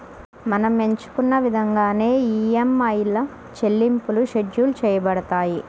మనం ఎంచుకున్న ఇదంగానే ఈఎంఐల చెల్లింపులు షెడ్యూల్ చేయబడతాయి